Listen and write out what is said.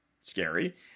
scary